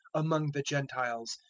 among the gentiles,